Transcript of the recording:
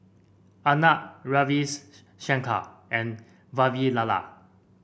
Arnab Ravis Shankar and Vavilala